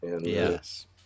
yes